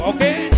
Okay